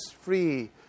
free